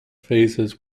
phases